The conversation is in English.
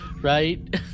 right